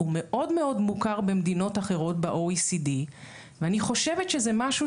הוא מאוד מאוד מוכר במדינות אחרות ב-OECD ואני חושבת שזה משהו